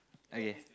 okay